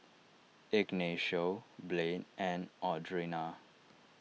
Ignacio Blaine and Audrina